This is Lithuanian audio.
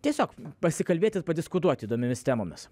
tiesiog pasikalbėti padiskutuoti įdomiomis temomis